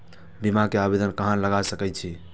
बीमा के आवेदन कहाँ लगा सके छी?